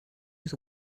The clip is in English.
with